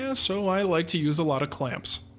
yeah so i like to use a lot of clamps.